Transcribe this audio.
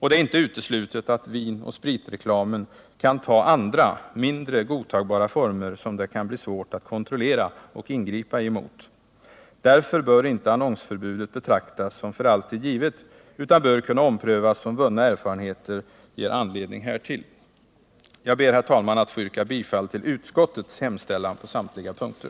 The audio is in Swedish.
Det är inte uteslutet att vinoch spritreklamen kan ta andra, mindre godtagbara former, som det bli svårt att kontrollera och ingripa emot. Därför bör annonsförbudet inte betraktas som för alltid givet utan bör kunna omprövas, om vunna erfarenheter ger anledning härtill. Jag ber, herr talman, att få yrka bifall till utskottets hemställan på samtliga punkter.